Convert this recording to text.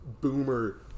boomer